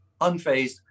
unfazed